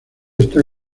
está